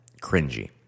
cringy